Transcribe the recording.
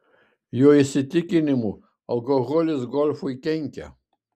jo įsitikinimu alkoholis golfui kenkia